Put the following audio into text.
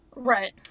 Right